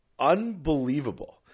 unbelievable